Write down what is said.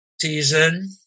season